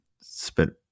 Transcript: spent